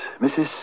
Mrs